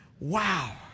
Wow